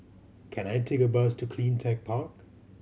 can I take a bus to Cleantech Park